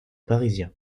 parisiens